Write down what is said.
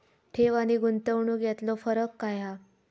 ठेव आनी गुंतवणूक यातलो फरक काय हा?